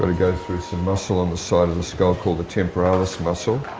but go through some muscle on the side of the skull called the temporalis muscle.